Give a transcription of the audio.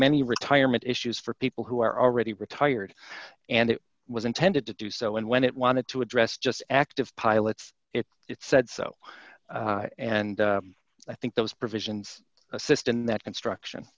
many retirement issues for people who are already retired and it was intended to do so and when it wanted to address just active pilots it it said so and i think those provisions assist in that construction